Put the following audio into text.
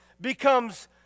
becomes